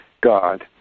God